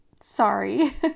sorry